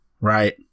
Right